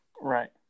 Right